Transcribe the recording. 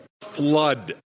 flood